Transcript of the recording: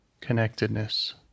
connectedness